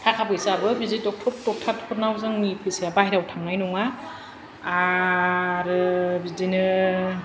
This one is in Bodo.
थाखा फैसायाबो बिदि डक्टर डक्टारफोरनाव जोंनि फैसाया बाइहेरायाव थांनाय नङा आरो बिदिनो